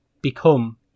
become